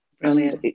Brilliant